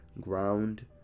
ground